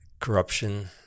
corruption